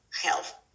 health